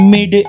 Mid